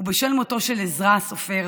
ובשל מותו של עזרא הסופר